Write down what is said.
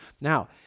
now